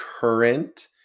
current